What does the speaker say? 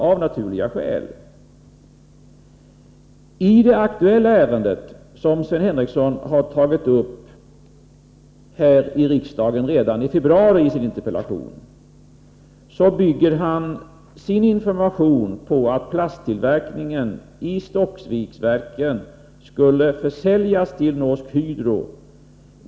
När det gäller det aktuella ärendet, som togs upp redan i februari i interpellationen, bygger Sven Henricsson sin information på att plasttillverkningen i Stockviksverken skulle försäljas till Norsk Hydro.